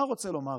מה רוצה לומר